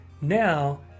now